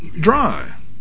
dry